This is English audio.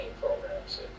programs